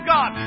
God